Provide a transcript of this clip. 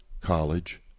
college